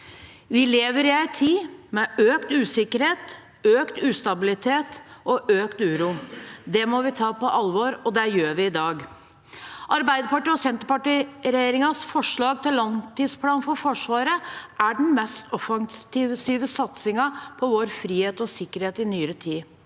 Vi lever i en tid med økt usikkerhet, økt ustabilitet og økt uro. Det må vi ta på alvor, og det gjør vi i dag. Arbeiderparti– Senterparti-regjeringens forslag til langtidsplan for Forsvaret er den mest offensive satsingen på vår frihet og sikkerhet i nyere tid.